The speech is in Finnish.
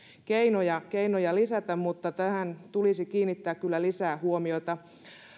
keinoja keinoja lisätä mutta tähän tulisi kiinnittää kyllä lisää huomiota